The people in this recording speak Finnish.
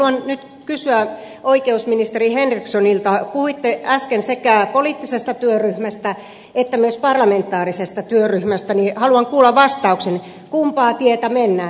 haluan nyt kysyä oikeusministeri henrikssonilta kun puhuitte äsken sekä poliittisesta työryhmästä että myös parlamentaarisesta työryhmästä ja haluan kuulla vastauksen kumpaa tietä mennään